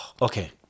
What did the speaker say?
okay